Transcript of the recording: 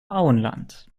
auenland